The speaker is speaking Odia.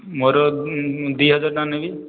ମୋର ଦୁଇ ହଜାର ଟଙ୍କା ନେବି